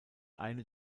eine